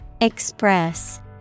Express